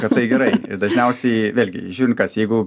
kad tai gerai dažniausiai vėlgi žiūrint kas jeigu